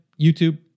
YouTube